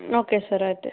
okay sir అయితే